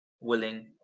willing